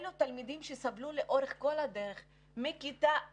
אלה תלמידים שסבלו מכיתה א',